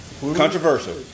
controversial